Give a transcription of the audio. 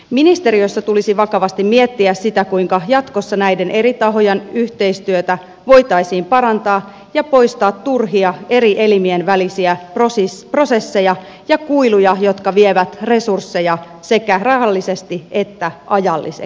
ministeriössä tulisi vakavasti miettiä sitä kuinka jatkossa näiden eri tahojen yhteistyötä voitaisiin parantaa ja poistaa turhia eri elimien välisiä prosesseja ja kuiluja jotka vievät resursseja sekä rahallisesti että ajallisesti